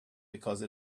because